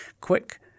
quick